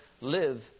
live